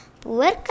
Poor